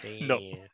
no